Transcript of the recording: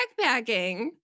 backpacking